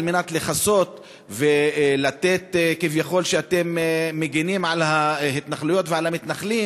על מנת לכסות ולומר כביכול שאתם מגינים על ההתנחלויות ועל המתנחלים,